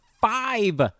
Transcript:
five